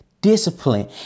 discipline